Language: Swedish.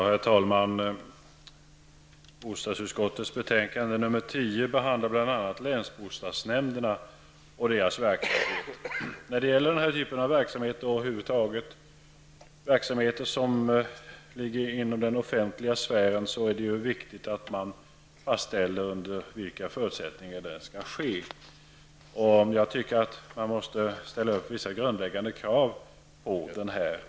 Herr talman! Bostadsutskottets betänkande nr 10 behandlar bl.a. länsbostadsnämnderna och deras verksamhet. När det gäller denna typ av verksamhet och över huvud taget verksamheter som ligger inom den offentliga sfären är det viktigt att man fastställer under vilka förutsättningar den skall ske. Jag tycker att man måste ställa upp vissa grundläggande krav.